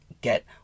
get